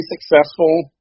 successful